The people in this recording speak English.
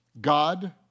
God